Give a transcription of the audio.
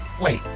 wait